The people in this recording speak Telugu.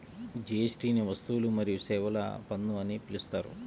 జీఎస్టీని వస్తువులు మరియు సేవల పన్ను అని పిలుస్తారు